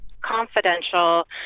confidential